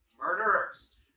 Murderers